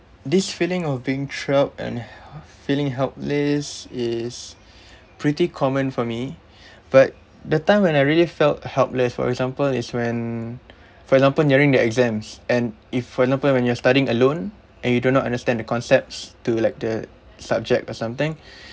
this feeling of being trapped and feeling helpless is pretty common for me but the time when I really felt helpless for example is when for example nearing the exams and if for example when you're studying alone and you do not understand the concepts to like the subject or something